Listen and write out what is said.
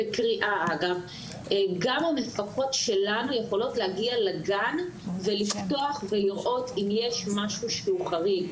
גם המפקחות שלנו יכולות להגיע לגן ולפתוח ולראות אם יש משהו שהוא חריג.